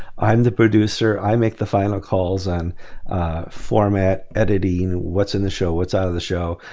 i'm the producer. i make the final calls on format, editing, what's in the show, what's out of the show.